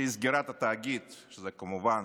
שהיא סגירת התאגיד, שזה כמובן,